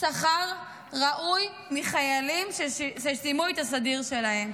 שכר ראוי מחיילים שסיימו את הסדיר שלהם.